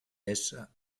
essa